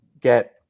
get